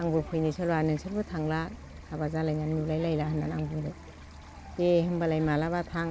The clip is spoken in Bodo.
आंबो फैनो सोलाबा नोंसोरबो थांला हाबा जालायनानै नुलायलायला होननानै आं बुंबाय दे होनबालाय मालाबा थां